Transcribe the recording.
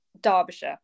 derbyshire